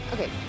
Okay